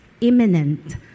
imminent